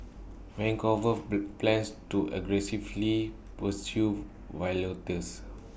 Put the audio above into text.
Vancouver plans to aggressively pursue violators